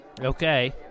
Okay